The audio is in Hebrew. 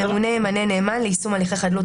הממונה ימנה נאמן ליישום הליכי חדלות